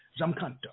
Zamkanto